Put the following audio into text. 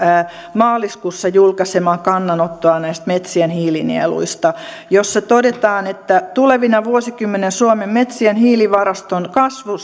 maaliskuussa julkaisemaa kannanottoa metsien hiilinieluista siinä todetaan tulevina vuosikymmeninä suomen metsien hiilivaraston kasvu